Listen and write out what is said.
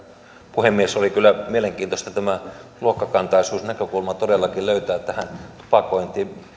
puhemies oli kyllä mielenkiintoista tämä luokkakantaisuusnäkökulma todellakin löytää tähän tupakointiin